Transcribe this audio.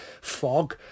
fog